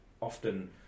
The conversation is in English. often